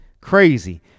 crazy